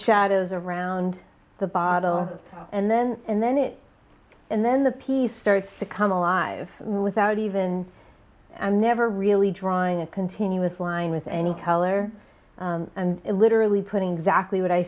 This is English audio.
shadows around the bottle and then and then it and then the piece starts to come alive without even i'm never really drawing a continuous line with any color and literally putting exactly what i